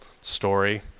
story